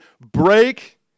break